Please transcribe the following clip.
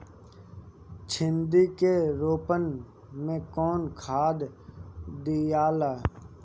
भिंदी के रोपन मे कौन खाद दियाला?